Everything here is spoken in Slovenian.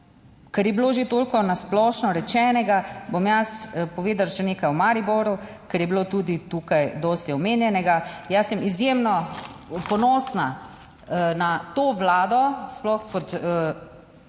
ker je bilo že toliko na splošno rečenega, bom jaz povedala še nekaj o Mariboru, ker je bilo tudi tukaj dosti omenjenega. Jaz sem izjemno ponosna na to vlado, sploh kot bom